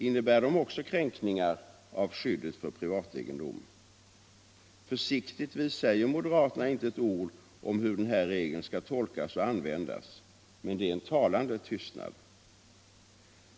Innebär de också kränkningar av skyddet för privategendom? Försiktigtvis säger moderaterna inte ett ord om hur den här regeln skall tolkas och användas. Men det är en talande tystnad.